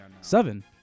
seven